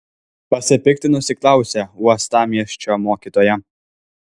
pasipiktinusi klausė uostamiesčio mokytoja